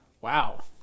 Wow